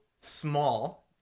small